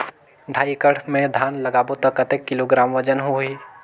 ढाई एकड़ मे धान लगाबो त कतेक किलोग्राम वजन होही?